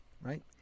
right